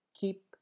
keep